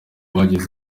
bagize